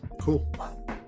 Cool